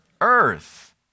Earth